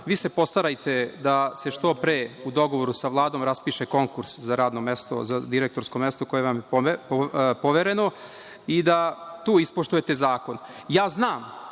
Vi se postarajte da se što pre, u dogovoru sa Vladom, raspiše konkurs za direktorsko mesto koje vam je povereno i da tu ispoštujete zakon. Ja znam